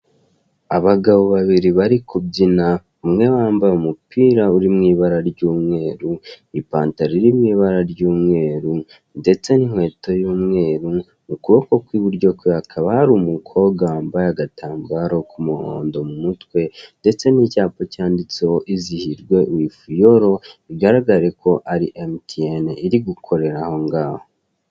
Abagabo babiri bari kubyina umwe wambaye umupira uri mw'ibara ry'umweru n'ipantaro iri mw'ibara ry'umweru ndetse n'inkweto y'umweru, mu kuboko kw'iburyo kwe hakaba hari umukobwa wambaye agatambaro k'umuhondo mu mutwe ndetse n'icyapa cyanditseho izihirwe wivu yolo bigaragara ko ari emutiyeni iri gukorera ahongaho.